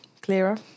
clearer